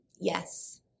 Yes